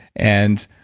and